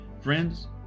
Friends